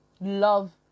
love